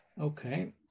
okay